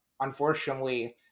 unfortunately